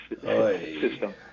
system